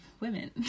women